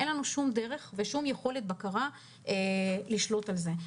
אין לנו שום דרך ושום יכולת בקרה לשלוט על זה.